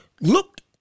looked